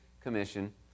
commission